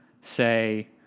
say